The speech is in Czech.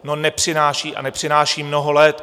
No nepřináší, a nepřináší mnoho let.